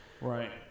Right